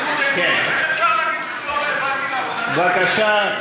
איך אפשר להגיד שזה לא רלוונטי לעבודה, בבקשה.